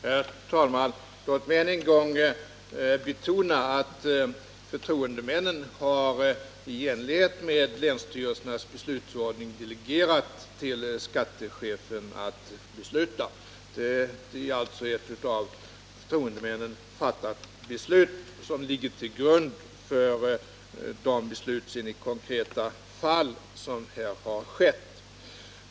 Herr talman! Låt mig än en gång betona att förtroendemännen, i enlighet med länsstyrelsernas beslutsordning, har delegerat till skattechefen att besluta. Det är alltså av förtroendemännen fattat beslut som ligger till grund för de beslut som sedan har fattats i konkreta fall.